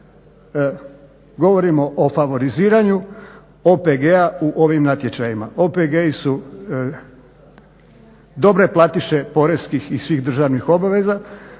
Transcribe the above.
govorimo i favoriziranju OPG-a u ovim natječajima. OPG-i su dobre platiše poreskih i svih državnih obveza,